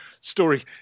story